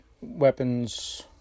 weapons